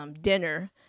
dinner